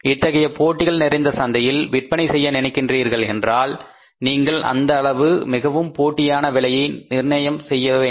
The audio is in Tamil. இத்தகைய போட்டிகள் நிறைந்த சந்தையில் விற்பனை செய்ய நினைக்கிறீர்கள் என்றால் நீங்கள் அந்த அளவு மிகவும் போட்டியான விலையை நிர்ணயிக்க வேண்டும்